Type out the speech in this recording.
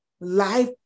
Life